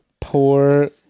poor